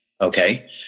okay